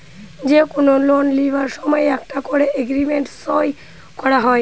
যে কুনো লোন লিবার সময় একটা কোরে এগ্রিমেন্ট সই কোরা হয়